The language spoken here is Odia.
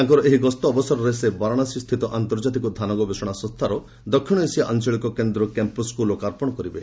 ତାଙ୍କର ଏହି ଗସ୍ତ ଅବସରରେ ସେ ବାରାଣାସୀ ସ୍ଥିତ ଆନ୍ତର୍କାତିକ ଧାନ ଗବେଷଣା ସଂସ୍ଥାର ଦକ୍ଷିଣ ଏସିଆ ଆଞ୍ଚଳିକ କେନ୍ଦ୍ର କ୍ୟାମ୍ପସ୍କୁ ଲୋକାର୍ପଣ କରିବେ